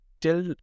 Till